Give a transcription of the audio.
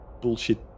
bullshit